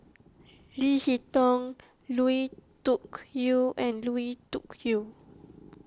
Leo Hee Tong Lui Tuck Yew and Lui Tuck Yew